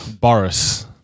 Boris